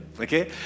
Okay